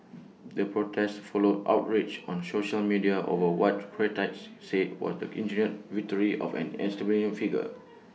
the protest followed outrage on social media over what critics say was the engineered victory of an figure